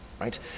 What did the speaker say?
right